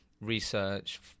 research